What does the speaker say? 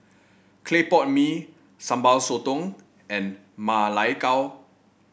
Clay Pot Mee Sambal Sotong and Ma Lai Gao